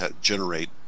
generate